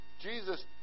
Jesus